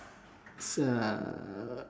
it's a